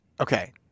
Okay